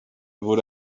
wurde